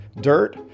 Dirt